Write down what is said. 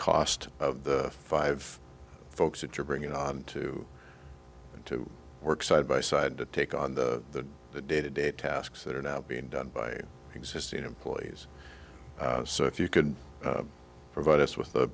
cost of the five folks that you're bringing on to to work side by side to take on the day to day tasks that are now being done by existing employees so if you could provide us with the